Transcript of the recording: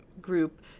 group